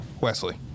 Wesley